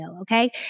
okay